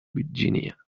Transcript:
virginia